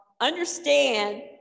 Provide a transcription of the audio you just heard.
understand